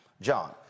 John